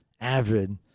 avid